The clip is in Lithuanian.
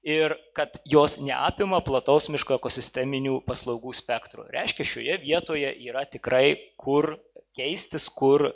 ir kad jos neapima plataus miško ekosisteminių paslaugų spektro reiškia šioje vietoje yra tikrai kur keistis kur